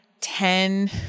ten